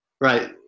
Right